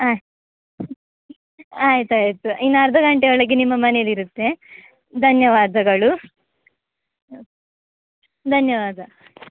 ಹಾಂ ಆಯಿತಾಯ್ತು ಇನ್ನು ಅರ್ಧ ಗಂಟೆಯೊಳಗೆ ನಿಮ್ಮ ಮನೆಯಲ್ಲಿ ಇರುತ್ತೆ ಧನ್ಯವಾದಗಳು ಧನ್ಯವಾದ